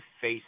face